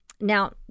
Now